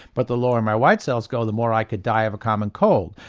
but the lower my white cells go the more i could die of a common cold.